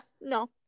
No